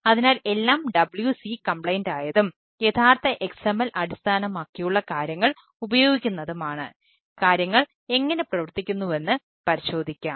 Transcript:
അതിനാൽ എല്ലാം W3C കംപ്ലയിന്റായതും യഥാർത്ഥ XML അടിസ്ഥാനമാക്കിയുള്ള കാര്യങ്ങൾ ഉപയോഗിക്കുന്നതും ആണ് കാര്യങ്ങൾ എങ്ങനെ പ്രവർത്തിക്കുന്നുവെന്ന് പരിശോധിക്കാം